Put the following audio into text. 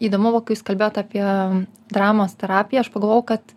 įdomu vo kai jūs kalbėjot apie dramos terapiją aš pagavau kad